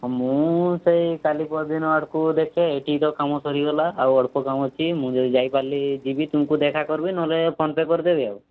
ହଁ ମୁଁ ସେଇ କାଲି ପରଦିନ ଆଡ଼କୁ ଦେଖେ ଏଠି ତ କାମ ସରିଗଲା ଆଉ ଅଳ୍ପ କାମ ଅଛି ମୁଁ ଯଦି ଯାଇପାରିଲି ଯିବି ତୁମକୁ ଦେଖା କରିବି ନହେଲେ ଫୋନ୍ଟେ କରିଦେବି ଆଉ